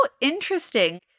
interesting